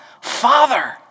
Father